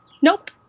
nope.